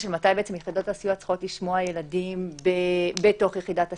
מתי יחידות הסיוע צריכות לשמוע ילדים בתוך יחידת הסיוע.